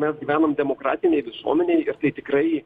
mes gyvenam demokratinėj visuomenėj ir tai tikrai